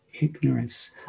ignorance